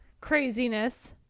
craziness